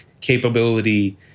capability